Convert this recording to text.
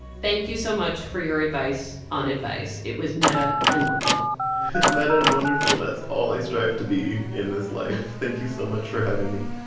thank you so much for your advice on advice. it was meta and wonderful meta and wonderful that's all i strive to be in this life. thank you so much for having me